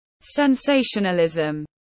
Sensationalism